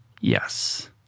Yes